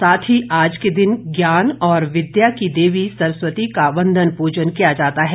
साथ ही आज के दिन ज्ञान और विद्या की देवी सरस्वती का वंदन पूजन किया जाता है